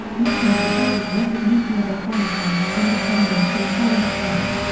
looking for british recognition of afghanistan's independence in foreign affairs,